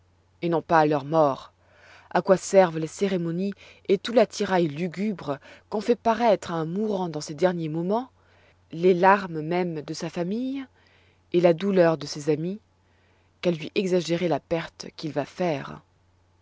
et non pas à leur mort à quoi servent les cérémonies et tout l'attirail lugubre qu'on fait paraître à un mourant dans ses derniers moments les larmes mêmes de sa famille et la douleur de ses amis qu'à lui exagérer la perte qu'il va faire